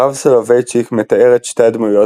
הרב סולובייצ'יק מתאר את שתי הדמויות